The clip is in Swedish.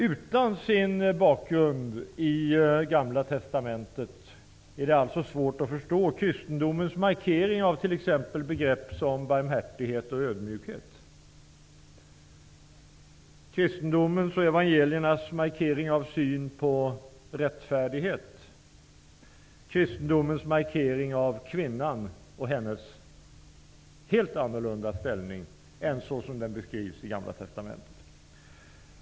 Utan bakgrunden i Gamla testamentet är det alltså svårt att förstå kristendomens markering av t.ex. begrepp som barmhärtighet och ödmjukhet, synen på rättfärdighet och den, jämfört med Gamla testamentet, helt annorlunda synen på kvinnans ställning. Herr talman!